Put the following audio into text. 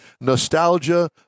Nostalgia